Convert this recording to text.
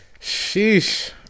Sheesh